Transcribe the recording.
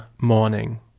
Morning